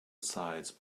sides